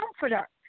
comforter